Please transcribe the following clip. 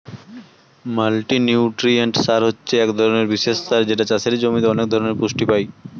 multinutrient সার হচ্ছে এক ধরণের বিশেষ সার যেটাতে চাষের জমি অনেক ধরণের পুষ্টি পায়